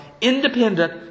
independent